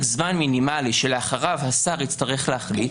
זמן מינימלי שלאחריו השר יצטרך להחליט,